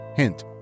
Hint